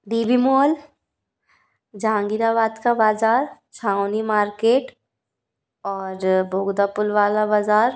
D B mall Jahangirabad का बाज़ार छावनी मार्केट और बोगदापुल वाला बाज़ार